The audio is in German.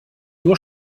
nur